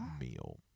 meal